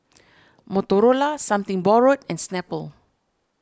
Motorola Something Borrowed and Snapple